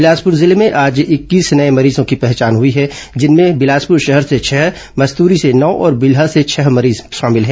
बिलासपुर जिले में आज इक्कीस नये मरीजों की पहचान हुई है जिनमें बिलासपुर शहर से छह मस्तूरी से नौ और बिल्हा से छह मरीज शामिल हैं